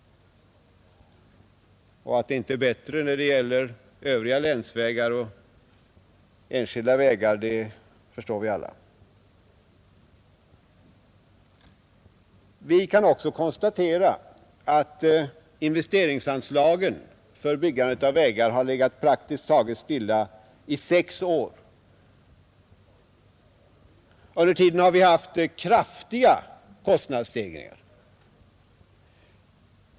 Att det inte är bättre när det gäller övriga länsvägar och enskilda vägar, det förstår vi alla. Vi kan vidare konstatera att investeringsanslaget för byggandet av vägar har legat praktiskt taget stilla i sex år. Under tiden har vi haft kraftiga kostnadsstegringar.